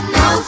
no